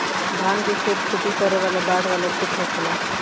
धान के खेत खेती करे वाला बाढ़ वाला क्षेत्र होखेला